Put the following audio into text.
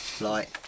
Light